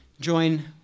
join